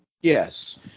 Yes